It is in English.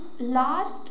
Last